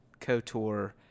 KOTOR